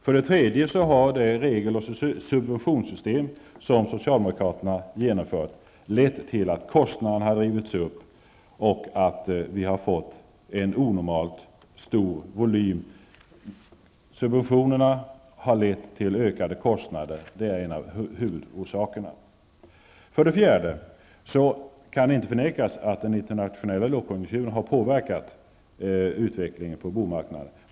För det tredje har det regel och subventionssystem som socialdemokraterna genomfört lett till att kostnaderna har drivits upp och att vi har fått en onormalt stor volym. Subventionerna har lett till ökade kostnader -- det är en av huvudorsakerna. För det fjärde kan det inte förnekas att den internationella lågkonjunkturen har påverkat utvecklingen på bostadsmarknaden.